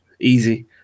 easy